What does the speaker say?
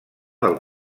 del